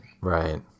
right